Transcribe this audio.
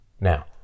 Now